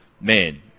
man